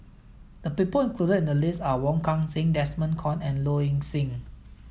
the people included in the list are Wong Kan Seng Desmond Kon and Low Ing Sing